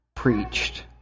preached